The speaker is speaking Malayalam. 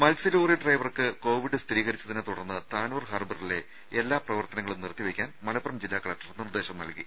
രുമ ലോറി ഡ്രൈവർക്ക് കോവിഡ് മത്സ്യ സ്ഥിരീകരിച്ചതിനെത്തുടർന്ന് താനൂർ ഹാർബറിലെ എല്ലാ പ്രവർത്തനങ്ങളും നിർത്തിവെയ്ക്കാൻ മലപ്പുറം ജില്ലാ കലക്ടർ നിർദ്ദേശം നൽകി